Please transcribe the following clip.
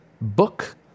book